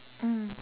mm